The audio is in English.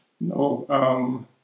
no